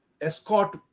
escort